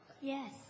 Yes